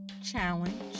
Challenge